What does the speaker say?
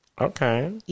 okay